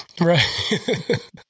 Right